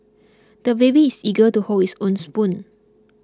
the baby is eager to hold his own spoon